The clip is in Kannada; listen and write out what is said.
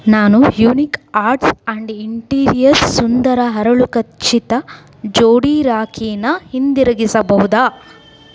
ನಾನು ಯುನೀಕ್ ಆರ್ಟ್ಸ್ ಆಂಡ್ ಇಂಟೀರಿಯರ್ಸ್ ಸುಂದರ ಹರಳು ಖಚಿತ ಜೋಡಿ ರಾಖಿನ ಹಿಂದಿರುಗಿಸಬಹುದೇ